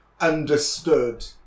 understood